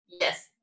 Yes